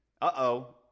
Uh-oh